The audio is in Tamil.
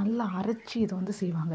நல்லா அரைச்சு இது வந்து செய்வாங்க